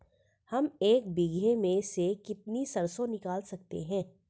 हम एक बीघे में से कितनी सरसों निकाल सकते हैं?